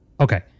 Okay